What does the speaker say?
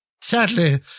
sadly